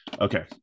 Okay